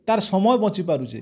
ତାର୍ ସମୟ ବଞ୍ଚି ପାରୁଛେ